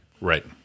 Right